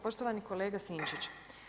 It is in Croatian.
Poštovani kolega Sinčiću.